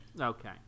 Okay